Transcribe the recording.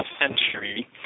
century